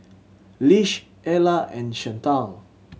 Lish Ella and Chantal